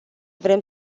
vrem